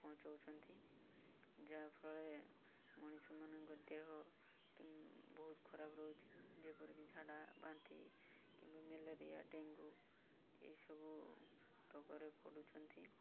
ପହଁଞ୍ଚଉଛନ୍ତି ଯାହାଫଳରେ ମଣିଷମାନଙ୍କ ଦେହ ବହୁତ ଖରାପ ରହୁଛି ଯେପରିକି ଝାଡ଼ା ବାନ୍ତି କିମ୍ବା ମେଲେରିଆ ଡେଙ୍ଗୁ ଏଇସବୁ ରୋଗରେ ପଡ଼ୁଛନ୍ତି